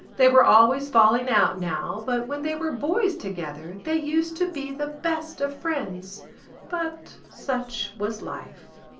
they were always falling out now but when they were boys together they used to be the best of friends but such was life.